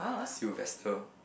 Sylvester